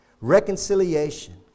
Reconciliation